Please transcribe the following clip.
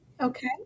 okay